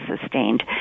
sustained